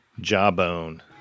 Jawbone